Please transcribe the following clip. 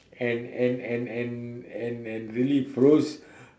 and and and and and and really froze